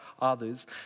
others